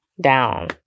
down